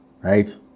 right